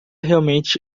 realmente